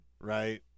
right